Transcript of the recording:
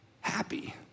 happy